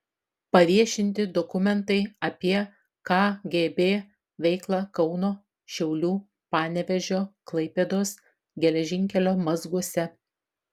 paviešinti dokumentai apie kgb veiklą kauno šiaulių panevėžio klaipėdos geležinkelio mazguose